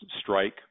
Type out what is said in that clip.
strike